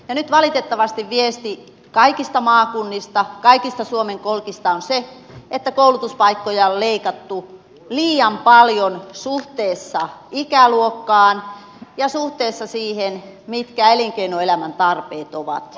nyt valitettavasti viesti kaikista maakunnista kaikista suomen kolkista on se että koulutuspaikkoja on leikattu liian paljon suhteessa ikäluokkaan ja suhteessa siihen mitkä elinkeinoelämän tarpeet ovat